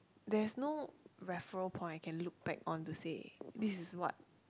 there's no referral point I can look back on to say this is what